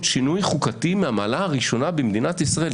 שינוי חוקתי מהמעלה הראשונה במדינת ישראל?